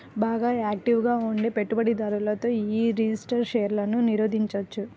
బాగా యాక్టివ్ గా ఉండే పెట్టుబడిదారులతో యీ రిజిస్టర్డ్ షేర్లను నిషేధించొచ్చు